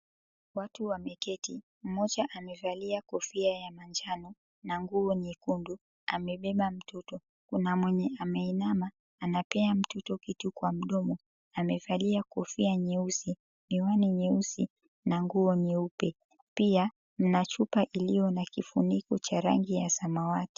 Watu wameketi. Mmoja amevalia kofia ya manjano na nguo nyekundu, amebeba mtoto. Kuna mwenye ameinama anapea mtoto kitu kwa mdomo. Amevalia kofia nyeusi, miwani nyeusi na nguo nyeupe. Pia mna chupa iliyo na kifuniko cha rangi ya samawati.